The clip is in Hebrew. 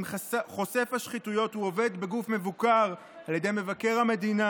אם חושף השחיתויות הוא עובד בגוף מבוקר על ידי מבקר המדינה,